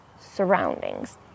surroundings